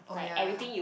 oh yeah